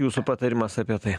jūsų patarimas apie tai